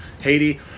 Haiti